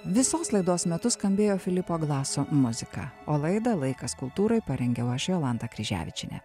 visos laidos metu skambėjo filipo glaso muzika o laidą laikas kultūrai parengiau aš jolanta kryževičienė